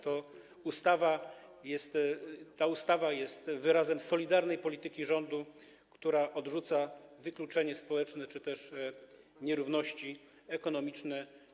Ta ustawa jest wyrazem solidarnej polityki rządu, która odrzuca wykluczenie społeczne czy też nierówności ekonomiczne.